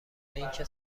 اینکه